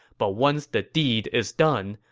but once the deed is done,